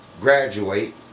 graduate